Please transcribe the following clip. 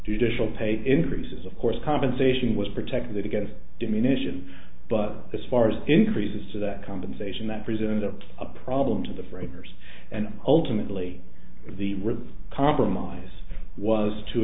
judicial pay increases of course compensation was protected against diminish and but as far as increases to that compensation that present a problem to the framers and ultimately the compromise was to